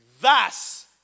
thus